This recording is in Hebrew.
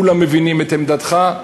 כולם מבינים את עמדתך.